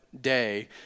day